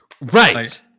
Right